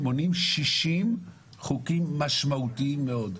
מונים 60 חוקים משמעותיים מאוד.